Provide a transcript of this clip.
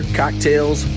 cocktails